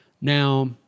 Now